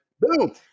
boom